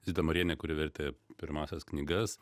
zita marienė kuri vertė pirmąsias knygas